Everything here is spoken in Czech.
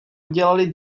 udělali